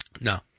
No